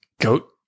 Goat